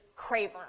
craver